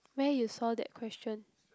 where you saw that question